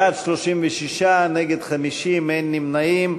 בעד, 36, נגד, 50, אין נמנעים.